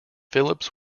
phillips